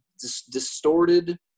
distorted